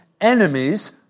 enemies